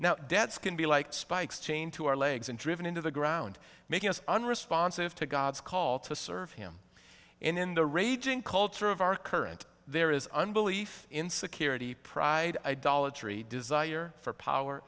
now dads can be like spikes chained to our legs and driven into the ground making us unresponsive to god's call to serve him in the raging culture of our current there is unbelief insecurity pride idolatry desire for power